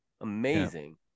amazing